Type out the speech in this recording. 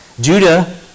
Judah